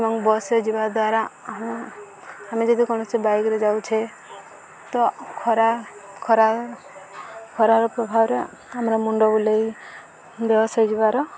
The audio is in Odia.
ଏବଂ ବସ୍ରେ ଯିବା ଦ୍ୱାରା ଆମ ଆମେ ଯଦି କୌଣସି ବାଇକ୍ରେ ଯାଉଛେ ତ ଖରା ଖରା ଖରାର ପ୍ରଭାବରେ ଆମର ମୁଣ୍ଡ ବୁଲେଇ ବସ୍ରେ ଯିବାର